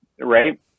Right